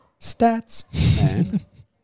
stats